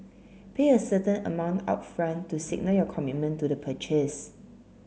pay a certain amount upfront to signal your commitment to the purchase